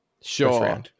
sure